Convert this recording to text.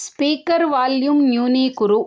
speaker volume न्यूनीकुरु